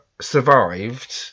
survived